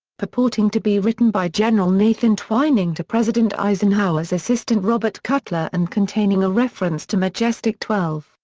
purporting to be written by general nathan twining to president eisenhower's assistant robert cutler and containing a reference to majestic twelve,